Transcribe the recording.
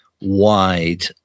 wide